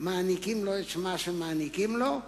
אנחנו מעניקים לו מה שמעניקים לו.